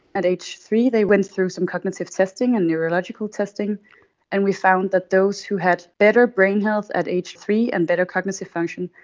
at age three they went through some cognitive testing and neurological testing and we found that those who had better brain health at age three and better cognitive function,